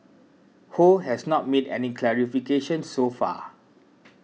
Ho has not made any clarifications so far